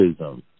racism